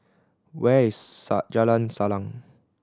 where is Jalan Salang